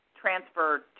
transfer